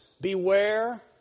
Beware